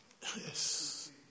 Yes